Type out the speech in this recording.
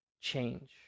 change